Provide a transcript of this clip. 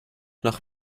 nach